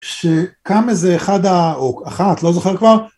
שקם איזה אחד או אחת לא זוכר כבר